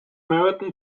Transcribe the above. meriton